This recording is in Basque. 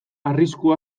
arrisku